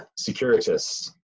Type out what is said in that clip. securitists